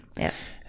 Yes